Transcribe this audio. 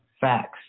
Facts